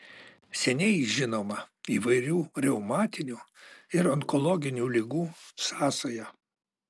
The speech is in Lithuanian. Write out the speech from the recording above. seniai žinoma įvairių reumatinių ir onkologinių ligų sąsaja